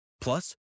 Plus